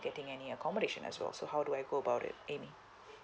getting any accommodation as well so how do I go about it amy